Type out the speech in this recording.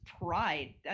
pride